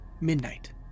Midnight